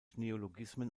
neologismen